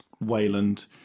wayland